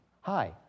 hi